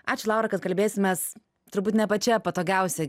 ačiū laura kad kalbėsimės turbūt ne pačia patogiausia